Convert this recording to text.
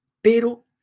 Pero